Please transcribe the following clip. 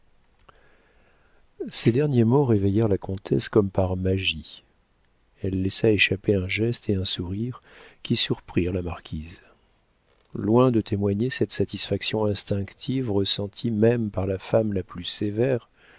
ces derniers mots réveillèrent la comtesse comme par magie elle laissa échapper un geste et un sourire qui surprirent la marquise loin de témoigner cette satisfaction instinctive ressentie même par la femme la plus sévère